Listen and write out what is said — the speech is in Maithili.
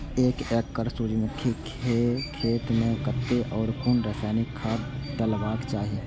एक एकड़ सूर्यमुखी केय खेत मेय कतेक आ कुन रासायनिक खाद डलबाक चाहि?